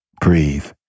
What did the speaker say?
Breathe